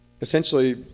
essentially